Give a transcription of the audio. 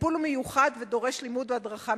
הטיפול הוא מיוחד ודורש לימוד והדרכה